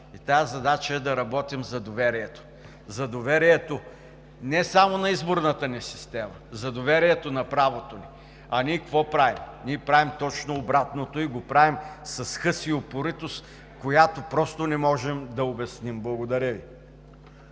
една задача и тя е да работим за доверието, за доверието не само на изборната ни система, за доверието на правото ни. А ние какво правим? Ние правим точно обратното и го правим с хъс и упоритост, която просто не можем да обясним. Благодаря Ви.